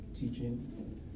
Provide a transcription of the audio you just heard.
teaching